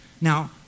Now